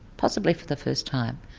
possibly for the first time,